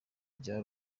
bya